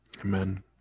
amen